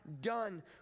done